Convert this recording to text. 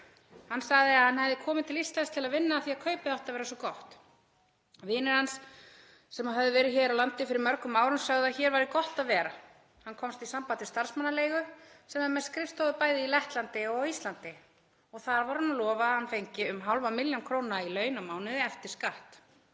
Hann sagði að hann hefði komið til Íslands til að vinna af því að kaupið átti að vera svo gott. Vinir hans sem höfðu verið hér á landi fyrir mörgum árum sögðu að hér væri gott að vera. Hann komst í samband við starfsmannaleigu sem er með skrifstofu bæði í Lettlandi og á Íslandi og þar var lofað að hann fengi um hálfa milljón króna í laun á mánuði eftir skatt.